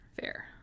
fair